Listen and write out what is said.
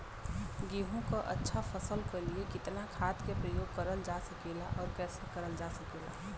गेहूँक अच्छा फसल क लिए कितना खाद के प्रयोग करल जा सकेला और कैसे करल जा सकेला?